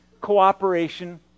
cooperation